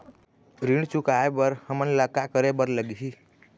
ऋण चुकाए बर हमन ला का करे बर लगही?